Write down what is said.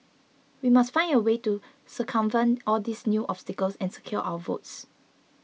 we must find a way to circumvent all these new obstacles and secure our votes